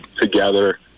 together